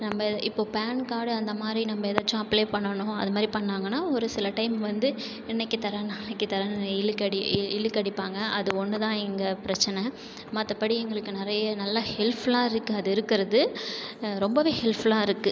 நம்ப இப்போ pan card அந்த மாதிரி நம்ப ஏதாச்சும் அப்ளே பண்ணணும் அது மாதிரிப் பண்ணிணாங்கனா ஒருசில டைம் வந்து இன்னிக்கு தரேன் நாளைக்கி தரேன் இழுக்கடி இ இழுக்கடிப்பாங்க அது ஒன்றுதான் இங்கே பிரச்சின மத்தபடி எங்களுக்கு நிறைய நல்ல ஹெல்ஃபுல்லாக இருக்காது இருக்கிறது ரொம்பவே ஹெல்ஃபுல்லாக இருக்கு